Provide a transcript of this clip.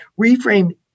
reframe